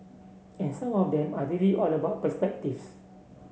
and some of them are really all about perspectives